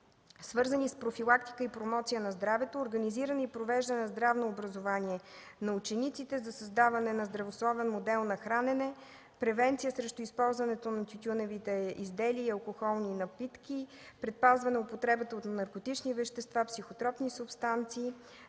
свързани с профилактика и промоция на здравето; организиране и провеждане на здравно образование на учениците за създаване на здравословен модел на хранене; превенция срещу използването на тютюневите изделия и алкохолни напитки; предпазване от употребата на наркотични вещества и психотропни субстанции;